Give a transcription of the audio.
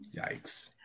yikes